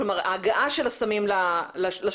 זאת אומרת ההגעה של הסמים לשכונה.